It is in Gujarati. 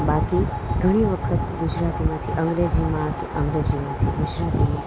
બાકી ઘણી વખત ગુજરાતીમાંથી અંગ્રેજીમાં કે અંગ્રેજીમાંથી ગુજરાતીમાં